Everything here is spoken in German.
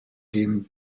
dem